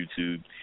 YouTube